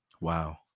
Wow